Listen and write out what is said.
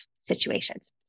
situations